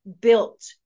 Built